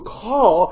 call